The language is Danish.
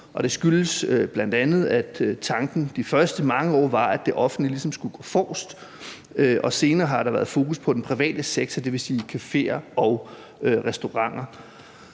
det skyldes bl.a., at tanken de første mange år var, at det offentlige ligesom skulle gå forrest. Senere har der været fokus på den private sektor, dvs. caféer og restauranter.